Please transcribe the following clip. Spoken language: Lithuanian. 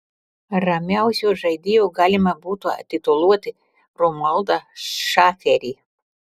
ramiausiu žaidėju galima būtų tituluoti romualdą šaferį